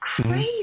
crazy